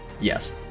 Yes